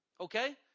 okay